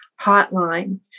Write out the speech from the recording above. Hotline